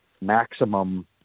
maximum